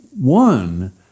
one